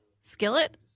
Skillet